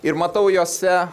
ir matau jose